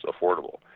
affordable